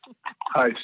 Hi